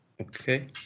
Okay